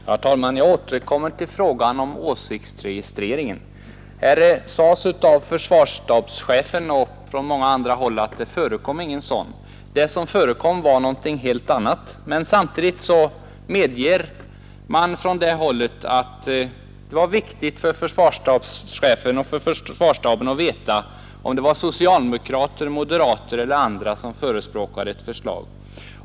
Herr talman! Jag återkommer till frågan om åsiktsregistreringen. Försvarsstabschefen sade att det inte förekom någon sådan registrering, och detsamma har sagts från många andra håll. Det som förekom var något helt annat. Men samtidigt har man medgivit att det var viktigt att veta huruvida det var socialdemokrater, moderater eller andra som förespråkade ett visst förslag.